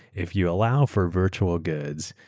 if you allow for virtual goods,